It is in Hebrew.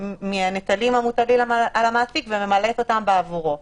מהנטלים המוטלים על המעסיק וממלאת אותם בעבורו